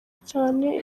cyane